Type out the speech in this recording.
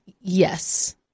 Yes